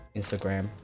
Instagram